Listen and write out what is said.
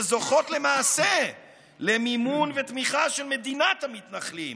שזוכות למעשה למימון ותמיכה של מדינת המתנחלים,